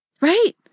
right